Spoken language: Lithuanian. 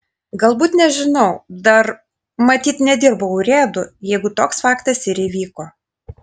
galbūt nežinau dar matyt nedirbau urėdu jeigu toks faktas ir įvyko